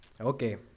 Okay